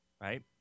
right